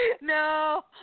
No